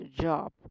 job